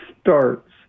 starts